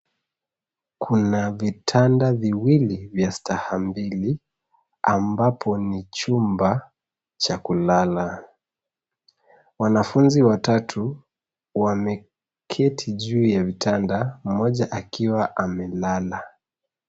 Kuna vitanda viwili vya staha mbili, ambapo ni chumba cha kulala. Wanafunzi watatu wameketi juu ya vitanda, mmoja akiwa amelala.